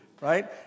Right